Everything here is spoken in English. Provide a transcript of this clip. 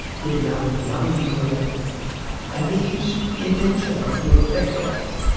the amount of money you earn and these, in their turn will affect health.